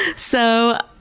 so,